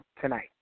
tonight